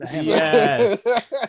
Yes